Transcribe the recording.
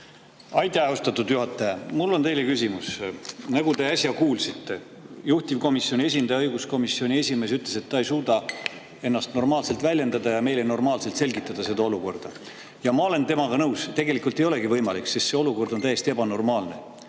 Aitäh, austatud juhataja! Mul on teile küsimus. Nagu te äsja kuulsite, juhtivkomisjoni esindaja, õiguskomisjoni esimees ütles, et ta ei suuda ennast normaalselt väljendada ja seda olukorda meile normaalselt selgitada. Ja ma olen temaga nõus, tegelikult ei olegi võimalik, sest see olukord on täiesti ebanormaalne.